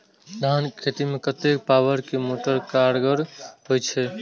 धान के खेती में कतेक पावर के मोटर कारगर होई छै?